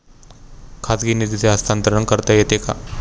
खाजगी निधीचे हस्तांतरण करता येते का?